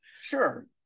Sure